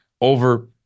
over